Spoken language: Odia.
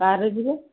କାର୍ରେ ଯିବେ